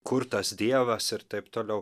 kur tas dievas ir taip toliau